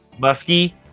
musky